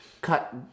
cut